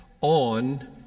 on